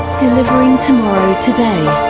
delivering tomorrow, today,